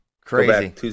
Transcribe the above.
Crazy